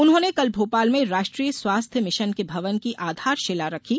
उन्होंने कल भोपाल में राष्ट्रीय स्वास्थ्य मिशन के भवन की आधारशिला रखी